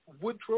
Woodrow